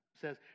says